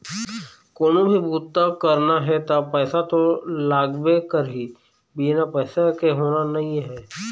कोनो भी बूता करना हे त पइसा तो लागबे करही, बिना पइसा के होना नइ हे